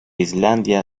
islandia